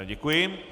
Děkuji.